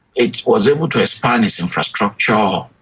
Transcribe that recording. it was able to expand its infrastructure